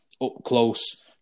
up-close